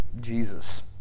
Jesus